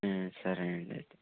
సరేనండి